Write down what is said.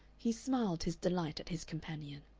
he smiled his delight at his companion.